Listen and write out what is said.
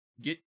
Get